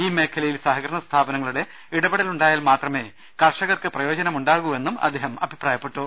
ഈ മേഖലയിൽ സഹകരണ സ്ഥാപ നങ്ങളുടെ ഇടപെടലുണ്ടായാൽ മാത്രമേ കർഷകർക്ക് പ്രയോജനമുണ്ടാ കൂവെന്നും അദ്ദേഹം അഭിപ്രായപ്പെട്ടു